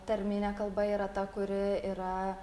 tarminė kalba yra ta kuri yra